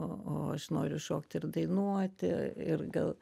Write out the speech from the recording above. o aš noriu šokt ir dainuoti ir gal